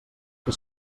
que